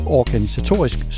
organisatorisk